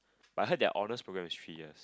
I heard their honours programme is three years